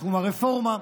בתחום הרפורמה,